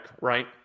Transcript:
right